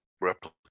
replicate